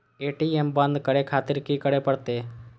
ATM बंद करें खातिर की करें परतें?